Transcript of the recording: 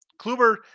Kluber